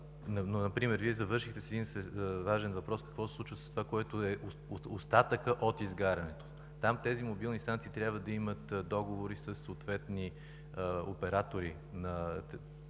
коментирам. Вие завършихте с един важен въпрос – какво се случва с това, което е остатък от изгарянето, там тези мобилни станции трябва да имат договори със съответни оператори на получаване